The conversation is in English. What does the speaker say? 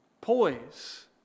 Poise